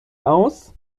aus